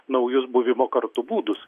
naujus buvimo kartu būdus